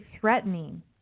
threatening